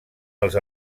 els